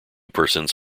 persons